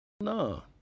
no